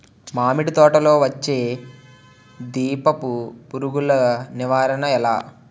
మామిడి తోటలో వచ్చే దీపపు పురుగుల నివారణ ఎలా?